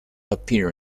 appear